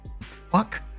Fuck